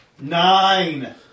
Nine